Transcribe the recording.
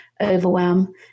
overwhelm